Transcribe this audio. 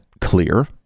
clear